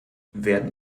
werden